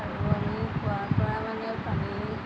আৰু আমি কুঁৱাৰপৰাই মানে পানী